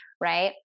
right